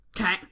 Okay